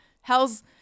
Hell's